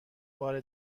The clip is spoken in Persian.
بار